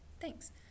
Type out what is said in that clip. Thanks